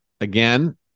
again